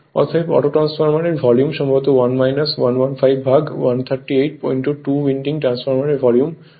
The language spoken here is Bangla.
অতএব অটো ট্রান্সফরমারের ভলিউম সম্ভবত 1 115 ভাগ 138 2 উইন্ডিং ট্রান্সফরমার এর ভলিউম হবে